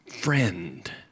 friend